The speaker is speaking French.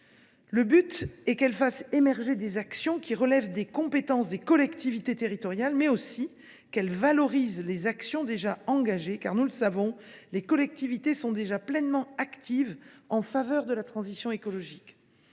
Leur but est de faire émerger des actions qui relèvent des compétences des collectivités territoriales, mais aussi de valoriser les actions déjà engagées, car nous savons que les collectivités sont extrêmement actives en faveur de la transition écologique.